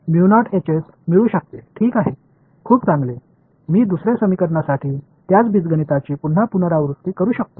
மிகவும் நல்லது இரண்டாவது சமன்பாட்டிற்கும் நான் அதே அல்ஜிப்ராவை மீண்டும் செய்ய முடியும்